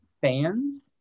fans